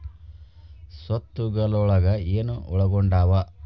ಸ್ವತ್ತುಗಲೊಳಗ ಏನು ಒಳಗೊಂಡಾವ?